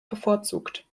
bevorzugt